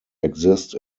exist